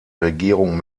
regierung